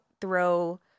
throw